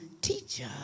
teacher